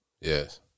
Yes